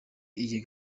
iyi